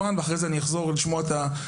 אחר כך אחזור על מנת לשמוע את התשובות